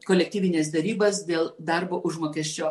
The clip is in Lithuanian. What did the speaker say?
kolektyvines derybas dėl darbo užmokesčio